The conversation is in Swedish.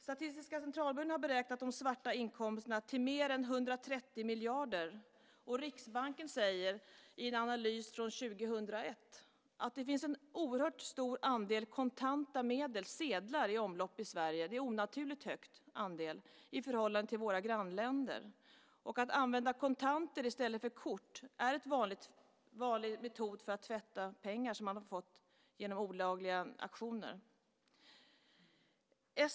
Statistiska Centralbyrån har beräknat de svarta inkomsterna till mer än 130 miljarder. Och Riksbanken säger i en analys från 2001 att det finns en oerhört stor andel kontanta medel, sedlar, i omlopp i Sverige. Det är en onaturligt hög andel i förhållande till våra grannländer. Att använda kontanter i stället för kort är en vanlig metod för att tvätta pengar som man har fått genom olagliga aktioner.